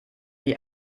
die